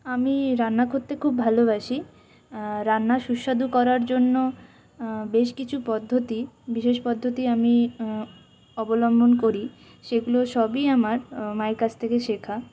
আমি রান্না করতে খুব ভালোবাসি রান্না সুস্বাদু করার জন্য বেশ কিছু পদ্ধতি বিশেষ পদ্ধতি আমি অবলম্বন করি সেগুলো সবই আমার মায়ের কাছ থেকে শেখা